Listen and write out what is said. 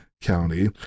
county